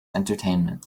entertainment